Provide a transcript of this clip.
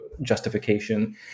justification